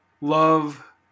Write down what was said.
love